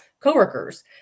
co-workers